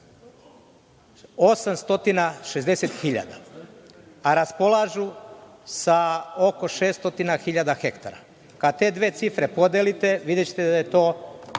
860.000, a raspolažu sa oko 600.000 hektara. Kada te dve cifre podelite, videćete da je to